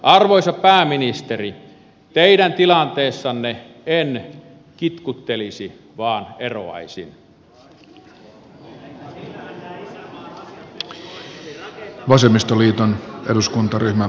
arvoisa pääministeri teidän tilanteessanne en kitkuttelisi vaan eroaisin